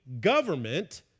government